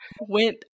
Went